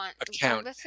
account